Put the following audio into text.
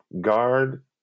guard